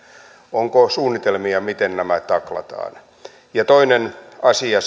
onko suunnitelmia miten nämä taklataan toinen asia